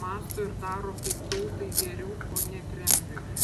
mąsto ir daro kaip tautai geriau o ne kremliui